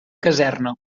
caserna